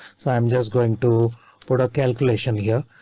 so i'm just going to put a calculation here.